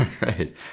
right